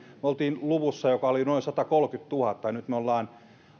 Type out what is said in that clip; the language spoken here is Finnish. me olimme luvussa joka oli noin satakolmekymmentätuhatta ja nyt me olemme